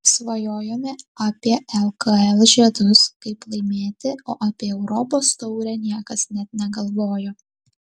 svajojome apie lkl žiedus kaip laimėti o apie europos taurę niekas net negalvojo